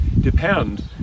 depend